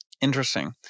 Interesting